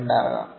82 ആകാം